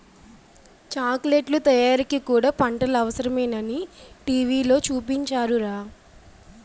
చాకిలెట్లు తయారీకి కూడా పంటలు అవసరమేనని టీ.వి లో చూపించారురా